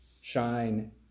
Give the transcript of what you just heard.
shine